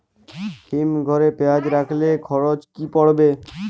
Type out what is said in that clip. হিম ঘরে পেঁয়াজ রাখলে খরচ কি পড়বে?